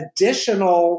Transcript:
additional